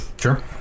Sure